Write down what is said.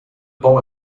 bomb